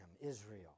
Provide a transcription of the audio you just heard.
Israel